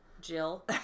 Jill